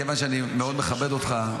כיוון שאני מאוד מכבד אותך,